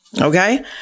Okay